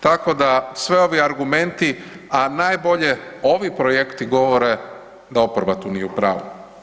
Tako da sve ovi argumenti, a najbolje ovi projekti govore da oporba tu nije u pravu.